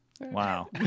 Wow